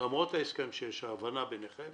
מדובר בפרויקטים של עשרות-מיליוני